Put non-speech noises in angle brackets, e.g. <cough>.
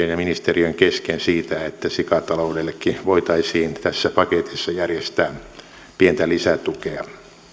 <unintelligible> ja ministeriön kesken siitä että sikataloudellekin voitaisiin tässä paketissa järjestää pientä lisätukea